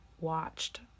watched